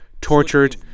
tortured